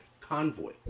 convoy